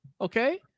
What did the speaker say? Okay